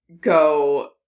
go